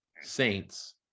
Saints